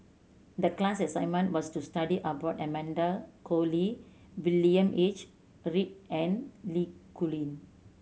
the class assignment was to study about Amanda Koe Lee William H Read and Li Rulin